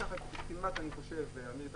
אמיר,